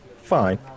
Fine